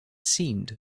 seemed